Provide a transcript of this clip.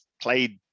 played